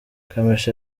kamichi